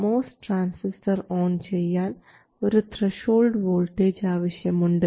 MOS transistor on ചെയ്യാൻ ഒരു threshold voltage ആവശ്യമുണ്ട്